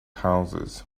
houses